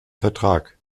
vertrag